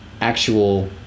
actual